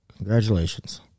Congratulations